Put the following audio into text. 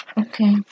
Okay